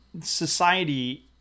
society